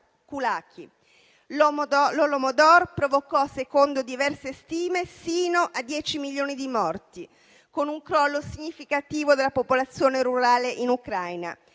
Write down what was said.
L'Holodomor provocò, secondo diverse stime, sino a 10 milioni di morti, con un crollo significativo della popolazione rurale in Ucraina.